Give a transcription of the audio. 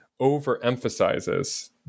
overemphasizes